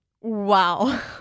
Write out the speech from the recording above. Wow